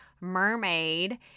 mermaid